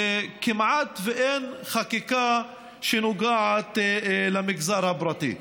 וכמעט אין חקיקה שנוגעת למגזר הפרטי.